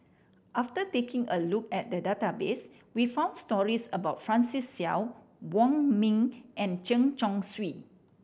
after taking a look at database we found stories about Francis Seow Wong Ming and Chen Chong Swee